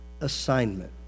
assignment